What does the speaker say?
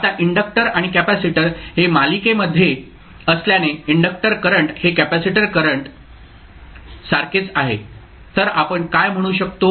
आता इंडक्टर आणि कॅपेसिटर हे मालिकेमध्ये असल्याने इंडक्टर करंट हे कॅपेसिटर करंट सारखेच आहे तर आपण काय म्हणू शकतो